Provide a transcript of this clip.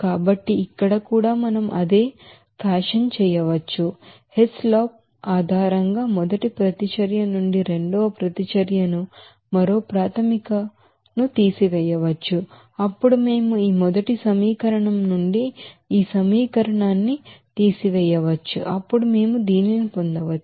కాబట్టి ఇక్కడ కూడా మనం అదే ఫ్యాషన్ చేయవచ్చు హెస్ చట్టం ఆధారంగా మొదటి ప్రతిచర్య నుండి రెండవ ప్రతిచర్యను మరో ప్రాతిపదికన తీసివేయవచ్చు అప్పుడు మేము ఈ మొదటి సమీకరణం నుండి ఈ సమీకరణాన్ని తీసివేయవచ్చు అప్పుడు మేము దీనిని పొందవచ్చు